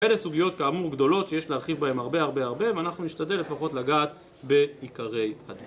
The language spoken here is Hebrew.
ואלה סוגיות כאמור גדולות שיש להרחיב בהן הרבה הרבה הרבה ואנחנו נשתדל לפחות לגעת בעיקרי הדבר